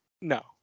No